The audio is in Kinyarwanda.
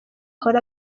ahora